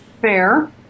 Fair